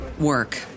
work